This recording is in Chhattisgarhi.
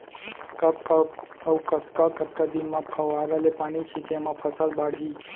कब कब अऊ कतका कतका दिन म फव्वारा ले पानी छिंचे म फसल बाड़ही?